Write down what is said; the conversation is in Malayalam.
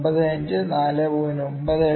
95 4